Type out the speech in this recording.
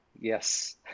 Yes